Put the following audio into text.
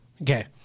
Okay